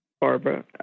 Barbara